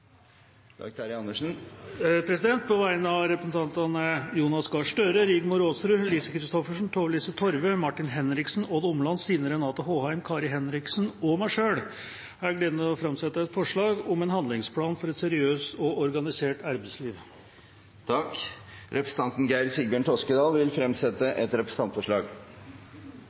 Dag Terje Andersen vil fremsette et representantforslag. På vegne av representantene Jonas Gahr Støre, Rigmor Aasrud, Lise Christoffersen, Tove-Lise Torve, Martin Henriksen, Odd Omland, Stine Renate Håheim, Kari Henriksen og meg selv har jeg gleden av å framsette et forslag om en handlingsplan for et seriøst og organisert arbeidsliv. Representanten Geir Sigbjørn Toskedal vil fremsette et representantforslag.